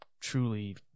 truly